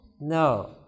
No